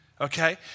Okay